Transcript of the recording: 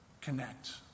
connect